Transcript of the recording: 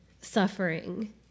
suffering